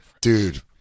dude